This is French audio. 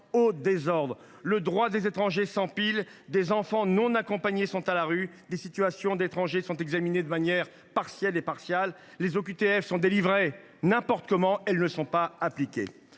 au désordre. Le droit des étrangers s’empile, des enfants non accompagnés sont à la rue, les situations des étrangers sont examinées de manière partielle et partiale, les OQTF sont délivrées n’importe comment, elles ne sont pas appliquées